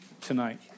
tonight